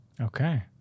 Okay